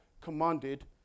commanded